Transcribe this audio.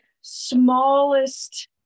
smallest